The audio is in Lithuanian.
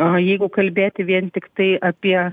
o jeigu kalbėti vien tiktai apie